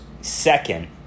Second